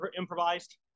improvised